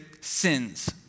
sins